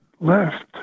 left